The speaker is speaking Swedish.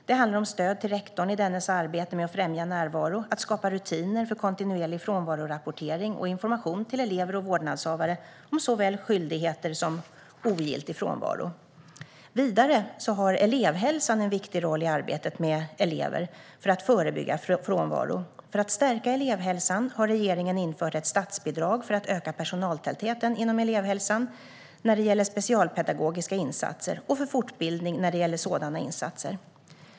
Det handlar om stöd till rektorn i dennes arbete med att främja närvaro, att skapa rutiner för kontinuerlig frånvarorapportering och information till elever och vårdnadshavare om såväl skyldigheter som ogiltig frånvaro. Vidare har elevhälsan en viktig roll i arbetet med elever för att förebygga frånvaro. För att stärka elevhälsan har regeringen infört ett statsbidrag för att öka personaltätheten inom elevhälsan och när det gäller specialpedagogiska insatser och för fortbildning när det gäller sådana insatser.